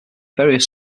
various